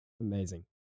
Amazing